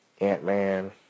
Ant-Man